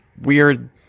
weird